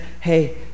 hey